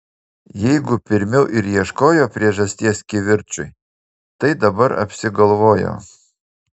jeigu pirmiau ir ieškojo priežasties kivirčui tai dabar apsigalvojo